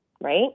right